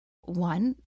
one